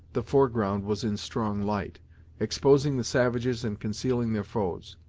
the foreground was in strong light exposing the savages and concealing their foes.